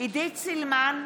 עידית סילמן,